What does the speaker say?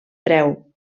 preu